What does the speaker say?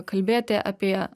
kalbėti apie